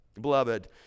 Beloved